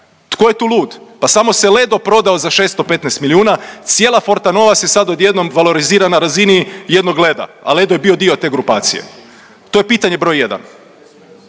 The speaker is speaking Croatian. Tko je tu lud? Pa samo se Ledo prodao za 615 milijuna, cijela Fortanova se sad odjednom valorizira na razini jednog Leda, a Ledo je bio te grupacije. To je pitanje broj jedan.